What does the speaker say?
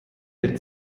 der